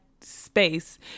space